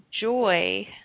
joy